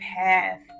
path